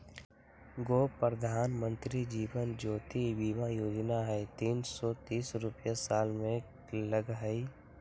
गो प्रधानमंत्री जीवन ज्योति बीमा योजना है तीन सौ तीस रुपए साल में लगहई?